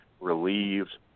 relieved